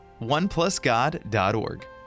Oneplusgod.org